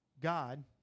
God